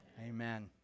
Amen